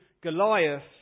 Goliath